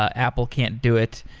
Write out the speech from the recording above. ah apple can't do it,